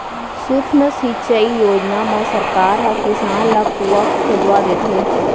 सुक्ष्म सिंचई योजना म सरकार ह किसान ल कुँआ खोदवा देथे